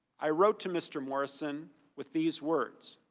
i wrote to mr. morrison with these words.